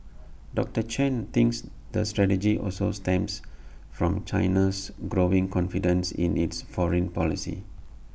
doctor Chen thinks the strategy also stems from China's growing confidence in its foreign policy